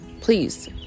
Please